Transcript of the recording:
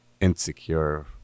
insecure